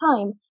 time